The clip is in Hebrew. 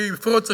כי בפרוץ השלום,